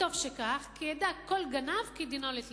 וטוב שכך, כי ידע כל גנב כי דינו לתלייה.